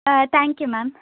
thank you madam